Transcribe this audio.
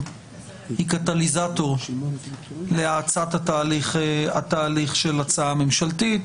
קטליזטור להאצת התהליך של הצעה ממשלתית.